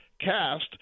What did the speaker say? cast